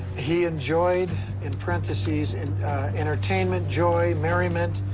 he enjoyed in parentheses and entertainment, joy, merriment,